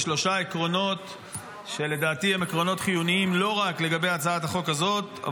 בשלושה עקרונות שלדעתי הם עקרונות חיוניים לא רק לגבי הצעת החוק הזאת,